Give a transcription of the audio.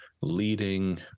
leading